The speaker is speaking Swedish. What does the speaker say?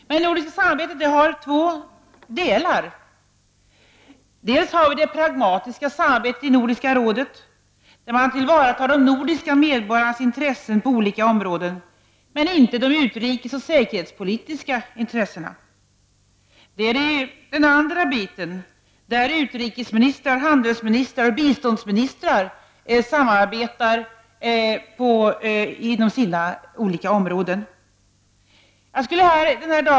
Det nordiska samarbetet består av två delar: Det pragmatiska samarbetet i Nordiska rådet, där man tillvaratar de nordiska medborgarnas intressen på olika områden, dock inte utrikesintressena eller de säkerhetspolitiska intressena. Utrikesministrarnas, handelsministrarnas och biståndsministrarnas samarbete på de olika områdena.